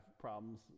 problems